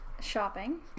Shopping